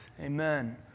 Amen